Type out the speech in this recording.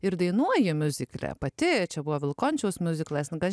ir dainuoja miuzikle pati čia buvo vilkončiaus miuziklas ne kas